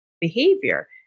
behavior